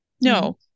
No